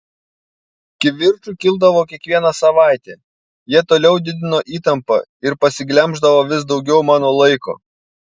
kivirčų kildavo kiekvieną savaitę jie toliau didino įtampą ir pasiglemždavo vis daugiau mano laiko